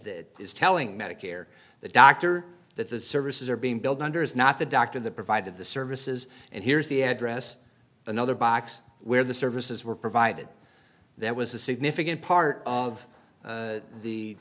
that is telling medicare the doctor that the services are being billed under is not the doctor the provide the services and here's the address another box where the services were provided there was a significant part of